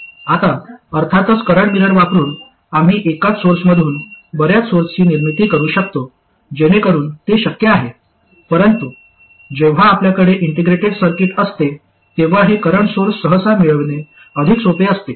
आता अर्थातच current mirror वापरुन आम्ही एकाच सोर्समधून बर्याच सोर्सची निर्मिती करू शकतो जेणेकरून ते शक्य आहे परंतु जेव्हा आपल्याकडे इंटिग्रेटेड सर्किट असते तेव्हा हे करंट सोर्स सहसा मिळवणे अधिक सोपे असते